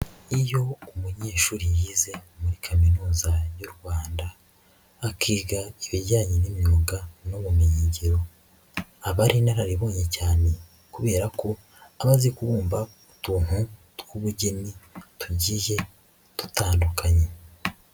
Iyo umunyeshuri yize muri Kaminuza y'u Rwanda, akiga ibijyanye n'imyuga n'ubumenyingiro aba ari inararibonye cyane kubera ko aba azi kubumba utuntu tw'ubugeni tugiye dutandukanye.